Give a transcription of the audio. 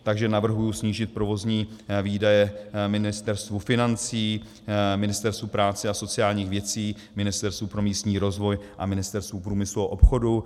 Takže navrhuji snížit provozní výdaje Ministerstvu financí, Ministerstvu práce a sociálních věcí, Ministerstvu pro místní rozvoj a Ministerstvu průmyslu a obchodu.